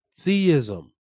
theism